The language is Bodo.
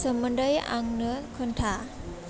सोमोन्दै आंनो खोन्था